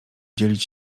dzielić